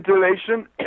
ventilation